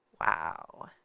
Wow